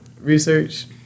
research